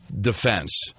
defense